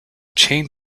chain